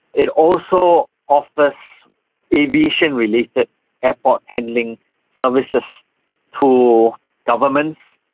it also offers aviation related airport handling services to governments,